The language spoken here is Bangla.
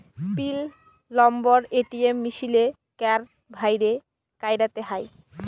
পিল লম্বর এ.টি.এম মিশিলে কাড় ভ্যইরে ক্যইরতে হ্যয়